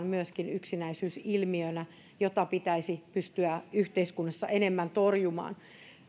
myöskin tunnustamme yksinäisyyden ilmiönä jota pitäisi pystyä yhteiskunnassa enemmän torjumaan